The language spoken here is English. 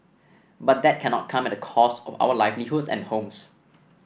but that cannot come at the cost of our livelihoods and homes